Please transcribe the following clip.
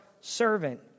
servant